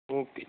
okay